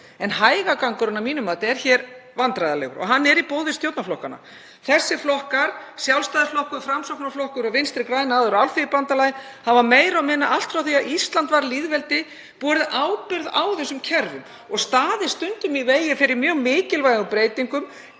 En hægagangurinn hér er að mínu mati vandræðalegur og hann er í boði stjórnarflokkanna. Þessir flokkar, Sjálfstæðisflokkur, Framsóknarflokkur og Vinstri græn, áður Alþýðubandalagið, hafa meira og minna, allt frá því að Ísland varð lýðveldi, borið ábyrgð á þessum kerfum og stundum staðið í vegi fyrir mjög mikilvægum breytingum,